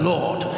Lord